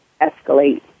escalate